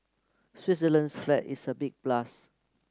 Switzerland's flag is a big plus